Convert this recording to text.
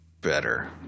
better